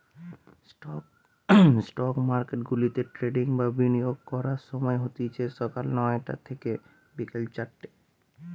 stock মার্কেটগুলাতে trading বা বিনিয়োগ করার সময় হতিছে সকাল নয়টা থিকে বিকেল চারটে